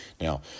now